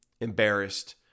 embarrassed